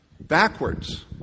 Backwards